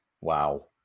Wow